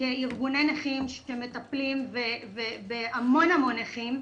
ארגוני נכים שמטפלים בהמון נכים,